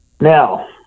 Now